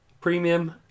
Premium